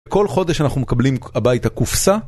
כל חודש אנחנו מקבלים הביתה קופסה